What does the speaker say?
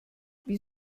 wie